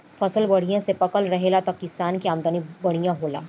फसल बढ़िया से पाकल रहेला त किसान के आमदनी बढ़िया होला